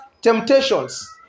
temptations